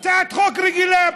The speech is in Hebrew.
הצעת חוק רגילה,